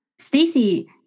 Stacey